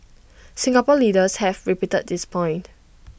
Singapore leaders have repeated this point